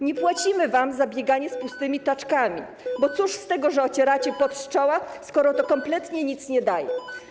Nie płacimy wam za bieganie z pustymi taczkami, bo cóż z tego, że ocieracie pot z czoła, skoro to kompletnie nic nie daje.